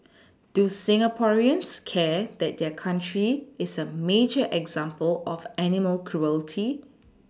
do Singaporeans care that their country is a major example of animal cruelty